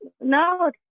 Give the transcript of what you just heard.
no